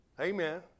Amen